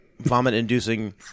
vomit-inducing